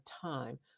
time